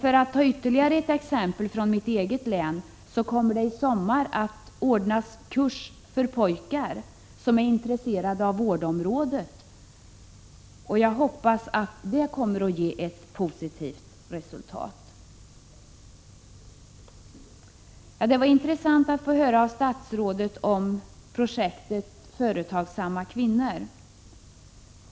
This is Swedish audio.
För att ta ytterligare ett exempel från mitt eget län så kommer det i sommar att anordnas en kurs för pojkar som är intresserade av vårdområdet. Jag hoppas att det kommer att ge ett positivt resultat. Det var intressant att få höra statsrådet tala om projektet Företagsamma kvinnor.